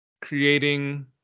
creating